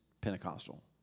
Pentecostal